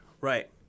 Right